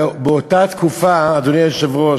באותה תקופה, אדוני היושב-ראש,